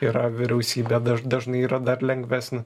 yra vyriausybė daž dažnai yra dar lengvesn